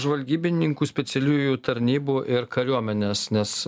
žvalgybininkų specialiųjų tarnybų ir kariuomenės nes